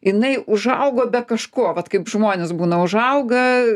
jinai užaugo be kažko vat kaip žmonės būna užauga